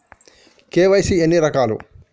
KYC ఎన్ని రకాలు?